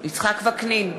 יצחק וקנין,